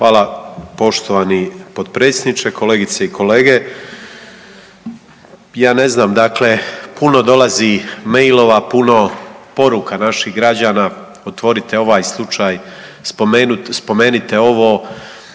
Hvala poštovani potpredsjedniče. Kolegice i kolege, ja ne znam dakle puno dolazi mailova, puno poruka naših građana, otvorite ovaj slučaj, spomenite ovo,